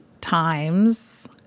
times